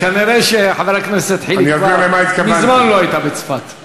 כנראה, חבר הכנסת חיליק בר, מזמן לא היית בצפת.